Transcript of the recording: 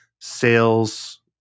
sales